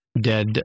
dead